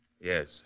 Yes